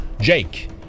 Jake